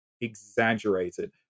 exaggerated